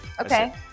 Okay